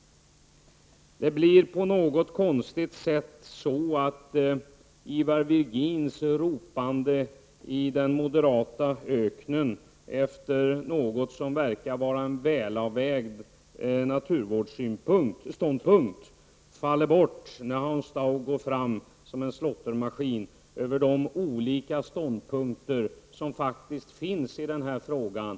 På något konstigt sätt blir Ivar Virgins ropande i den moderata öknen efter något som verkar vara en välavvägd naturvårdsståndpunkt något som faller bort. Hans Dau går fram som en slåttermaskin över de olika ståndpunkter som faktiskt finns i frågan.